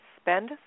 Spend